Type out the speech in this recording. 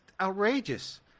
outrageous